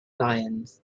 lions